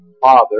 Father